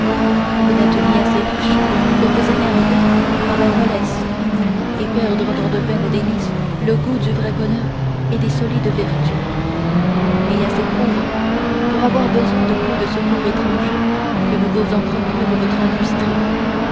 vous n'êtes ni assez riches pour vous énerver par la mollesse et perdre dans de vaines délices le goût du vrai bonheur et des solides vertus ni assez pauvres pour avoir besoin de plus de secours étrangers que ne vous en procure votre industrie